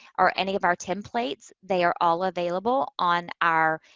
or any of our templates, they are all available on our